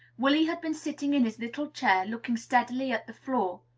willy had been sitting in his little chair, looking steadily at the floor,